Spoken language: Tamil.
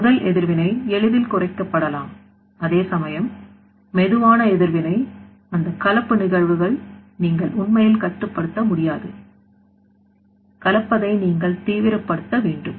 எனவே முதல் எதிர்வினை எளிதில் குறைக்கப்படலாம் அதேசமயம் மெதுவான எதிர்வினை அந்தக் கலப்பு நிகழ்வுகள் நீங்கள் உண்மையில் கட்டுப்படுத்த முடியாது கலப்பதை நீங்கள் தீவிரப்படுத்த வேண்டும்